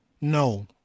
No